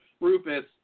Rufus